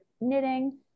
knitting